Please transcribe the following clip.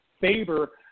Faber